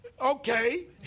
Okay